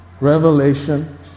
Revelation